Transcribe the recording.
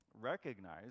recognize